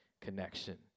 connection